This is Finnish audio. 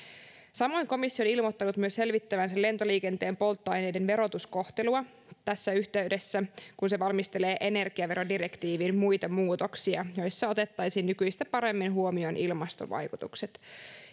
samoin komissio on ilmoittanut myös selvittävänsä lentoliikenteen polttoaineiden verotuskohtelua siinä yhteydessä kun se valmistelee energiaverodirektiivin muita muutoksia joissa otettaisiin nykyistä paremmin huomioon ilmastovaikutukset